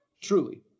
truly